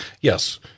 yes